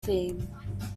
theme